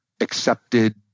accepted